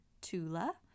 Tula